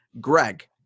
Greg